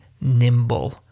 nimble